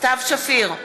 סתיו שפיר,